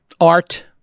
art